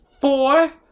Four